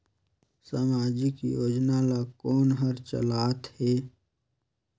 समाजिक योजना ला कोन हर चलाथ हे?